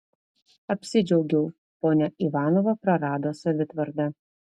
apsidžiaugiau ponia ivanova prarado savitvardą